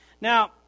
Now